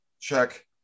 Check